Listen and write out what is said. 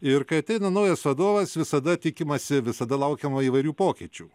ir kai ateina naujas vadovas visada tikimasi visada laukiama įvairių pokyčių